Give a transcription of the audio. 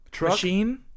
machine